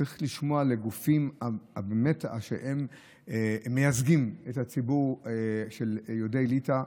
שצריך לשמוע לגופים שהם מייצגים את הציבור של יהודי ליטא.